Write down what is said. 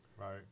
right